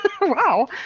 Wow